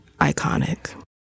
iconic